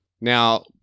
Now